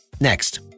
Next